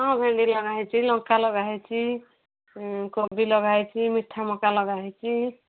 ହଁ ହଁ ଭେଣ୍ଡି ଲଗାହେଇଛି ଲଙ୍କା ଲଗାହେଇଛି ଇ କୋବି ଲଗାହେଇଛି ମିଠା ମକା ଲଗାହେଇଛି